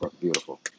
Beautiful